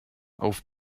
auf